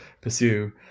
pursue